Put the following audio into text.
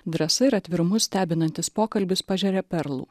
drąsa ir atvirumu stebinantis pokalbis pažeria perlų